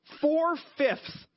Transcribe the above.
Four-fifths